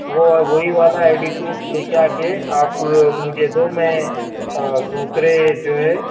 وہ وہی والا آئی ڈی پروف لے کے آکے آپ مجھے دو میں دوسرے جو ہے